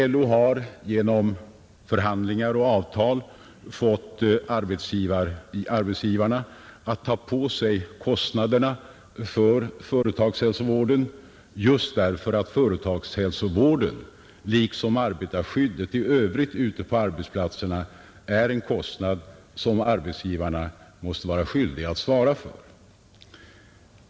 LO har genom förhandlingar och avtal fått arbetsgivarna att ta på sig kostnaderna för företagshälsovården just för att företagshälsovården liksom arbetarskyddet i övrigt ute på arbetsplatserna är något som arbetsgivarna måste vara skyldiga att kostnadsmässigt svara för.